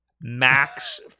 max